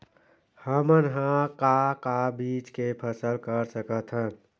हमन ह का का बीज के फसल कर सकत हन?